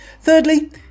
Thirdly